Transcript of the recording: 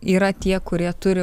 yra tie kurie turi